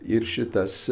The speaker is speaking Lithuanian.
ir šitas